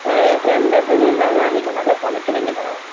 ம் ஏன் ஃப்ரெண்டு சொல்லிருந்தாங்க நீங்கள் நல்லா சமைக்கிறிங்கன்னு